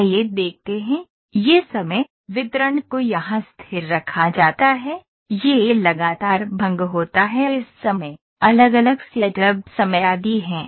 आइए देखते हैं ये समय वितरण को यहां स्थिर रखा जाता है यह लगातार भंग होता है इस समय अलग अलग सेटअप समय आदि हैं